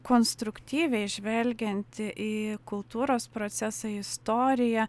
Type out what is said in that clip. konstruktyviai žvelgianti į kultūros procesą į istoriją